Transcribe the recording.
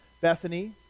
Bethany